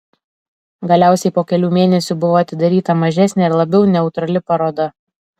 galiausiai po kelių mėnesių buvo atidaryta mažesnė ir labiau neutrali paroda